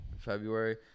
February